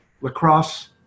lacrosse